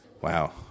Wow